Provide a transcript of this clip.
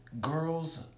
girls